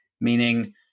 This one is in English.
meaning